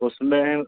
उसमें